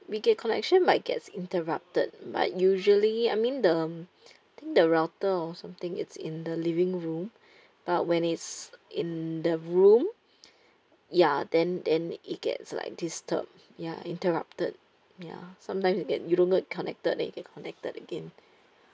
we get connection might gets interrupted but usually I mean the um think the router or something it's in the living room but when it's in the room ya then then it gets like disturb ya interrupted ya sometimes you get you don't get connected and you get connected again